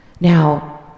Now